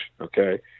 Okay